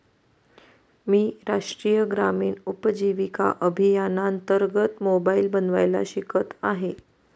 मी राष्ट्रीय ग्रामीण उपजीविका अभियानांतर्गत मोबाईल बनवायला शिकत आहे